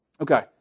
Okay